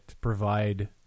provide